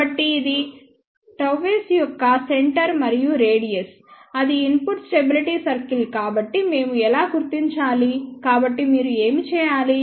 ఇక్కడ ఇది Γs యొక్క సెంటర్ మరియు రేడియస్ అది ఇన్పుట్ స్టెబిలిటీ సర్కిల్ కాబట్టి మేము ఎలా గుర్తించాలి కాబట్టి మీరు ఏమి చేయాలి